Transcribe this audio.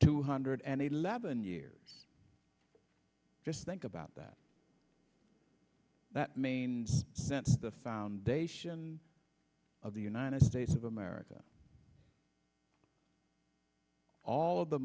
two hundred and eleven years just think about that that means sense the foundation of the united states of america all